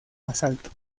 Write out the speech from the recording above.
asalto